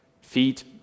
feet